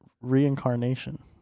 reincarnation